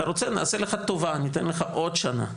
אתה רוצה, נעשה לך טובה, ניתן לך עוד שנה.